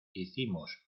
hicimos